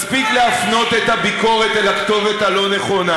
מספיק להפנות את הביקורת אל הכתובת הלא-נכונה.